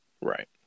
Right